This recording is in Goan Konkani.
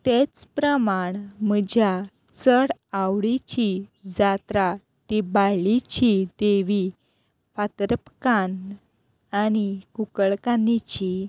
तेच प्रमाण म्हज्या चड आवडीची जात्रा ती बाळ्ळीची देवी फातर्पेकान्न आनी कुंकळकान्नीची